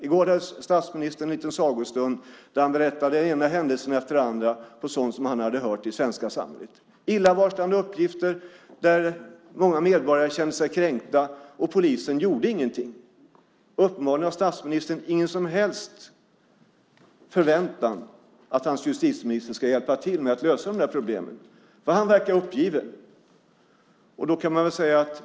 I går hade statsministern en liten sagostund, där han berättade den ena händelsen efter den andra om sådant som han hade hört i det svenska samhället. Det var illavarslande uppgifter. Många medborgare kände sig kränkta, och polisen gjorde ingenting. Uppenbarligen har statsministern ingen som helst förväntan på att hans justitieminister ska hjälpa till med att lösa problemen. Han verkar uppgiven.